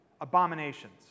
abominations